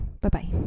Bye-bye